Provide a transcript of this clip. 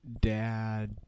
dad